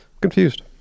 confused